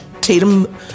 Tatum